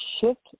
shift